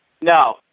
No